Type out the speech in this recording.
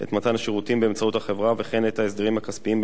השירותים באמצעות החברה וכן את ההסדרים הכספיים ביניהן,